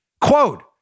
Quote